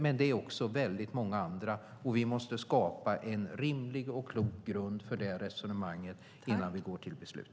Men det finns också många andra behov, och vi måste skapa en rimlig och klok grund för resonemanget innan vi går till beslut.